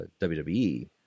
WWE